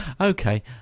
Okay